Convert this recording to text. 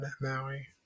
Maui